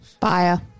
Fire